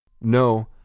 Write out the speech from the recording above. No